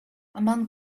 among